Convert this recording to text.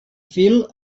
fil